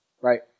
right